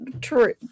true